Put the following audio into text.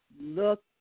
Look